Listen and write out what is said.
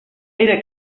era